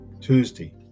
Tuesday